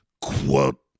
quote